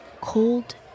cold